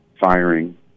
firing